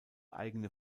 eigene